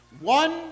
One